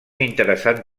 interessant